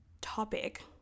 topic